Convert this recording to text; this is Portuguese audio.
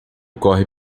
corre